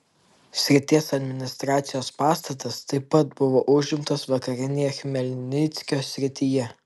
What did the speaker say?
srities administracijos pastatas taip pat buvo užimtas vakarinėje chmelnyckio srityje